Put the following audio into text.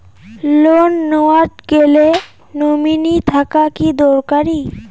Loan নেওয়ার গেলে nominee থাকা কি দরকারী?